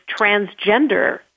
transgender